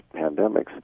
pandemics